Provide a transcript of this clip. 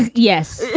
ah yes.